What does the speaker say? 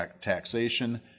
taxation